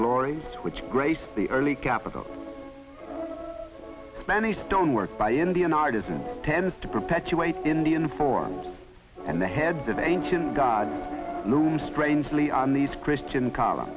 glories which graced the early capital spanish don't work by indian artisans tends to perpetuate indian forms and the heads of ancient gods strangely on these christian c